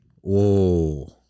whoa